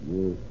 Yes